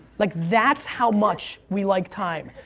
like that's how much we like time.